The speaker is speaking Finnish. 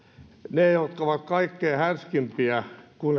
ne jotka ovat kaikkein härskeimpiä